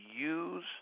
use